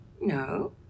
No